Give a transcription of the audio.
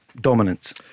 dominance